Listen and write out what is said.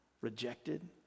rejected